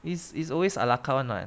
it's it's always a la carte [one] [what]